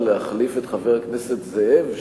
להחליף את חבר הכנסת זאב,